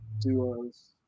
duos